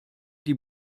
die